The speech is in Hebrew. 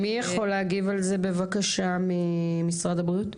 מי יכול להגיב על זה בבקשה ממשרד הבריאות?